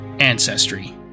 Ancestry